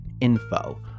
info